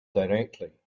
directly